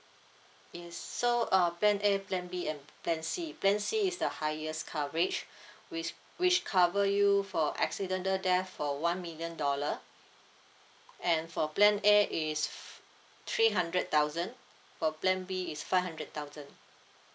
okay so uh plan A plan B and plan C plan C is the highest coverage which which cover you for accidental death for one million dollar and for plan A is f~ three hundred thousand for plan B is five hundred thousand